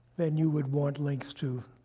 then you would want links to